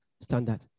Standard